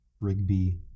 Rigby